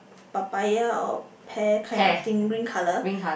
papaya or pear kind of thing green colour